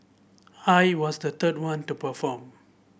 I was the third one to perform